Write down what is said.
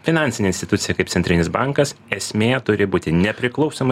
finansinė institucija kaip centrinis bankas esmė turi būti nepriklausoma